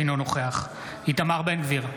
אינו נוכח איתמר בן גביר,